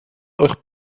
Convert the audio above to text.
euch